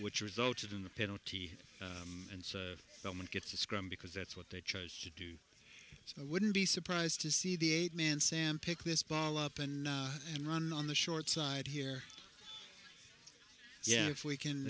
which resulted in the penalty and someone gets to scram because that's what they chose to do so i wouldn't be surprised to see the eight man sam pick this ball up and run on the short side here yeah if we can